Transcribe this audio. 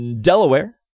Delaware